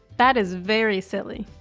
that is very silly.